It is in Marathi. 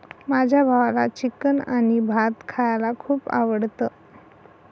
माझ्या भावाला चिकन आणि भात खायला खूप आवडतं